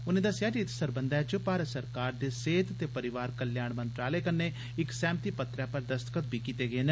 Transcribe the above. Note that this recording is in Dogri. उनें दस्सेआ जे इत्त सरबंधै च भारत सरकार दे सेहत ते परिवार कल्याण मंत्रालय कम्में इक सेह्मति पत्रै पर दस्तखत बी कीते गेदे न